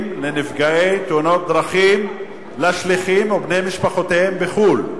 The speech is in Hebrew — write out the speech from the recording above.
לנפגעי תאונות דרכים לשליחים ובני משפחותיהם בחוץ-לארץ.